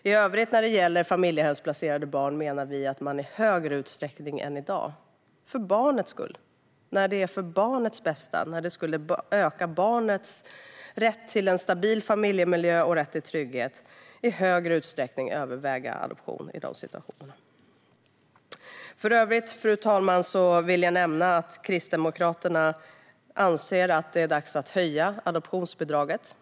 I övrigt när det gäller familjehemsplacerade barn menar vi att man i högre utsträckning än i dag ska överväga adoption när det är för barnets bästa och ökar barnets rätt till en stabil familjemiljö och trygghet. Fru talman! Kristdemokraterna anser även att det är dags att höja adoptionsbidraget.